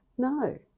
No